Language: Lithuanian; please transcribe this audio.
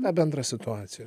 bendrą situaciją